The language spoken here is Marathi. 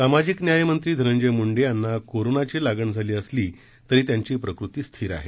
सामाजिक न्यायमंत्री धनंजय मूंडे यांना कोरोनाची लागण झाली असली तरी त्यांची प्रकृती स्थिर आहे